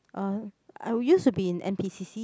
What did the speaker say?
uh I used to be in n_p_c_c